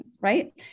right